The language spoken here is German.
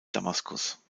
damaskus